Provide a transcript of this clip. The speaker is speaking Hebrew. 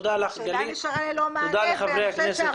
תודה לחברי הכנסת.